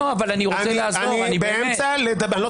אל תאיים עליי.